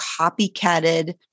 copycatted